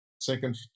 second